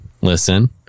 listen